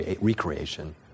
recreation